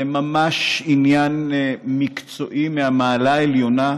זה ממש עניין מקצועי מהמעלה הראשונה,